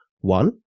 One